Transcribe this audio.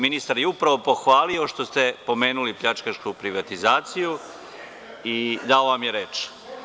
Ministar je upravo pohvalio što ste pomenuli pljačkašku privatizaciju i dao vam je reč.